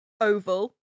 Oval